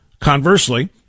Conversely